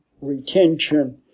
retention